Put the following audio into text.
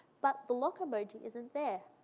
but the lock emoji isn't there.